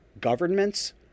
governments